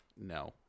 No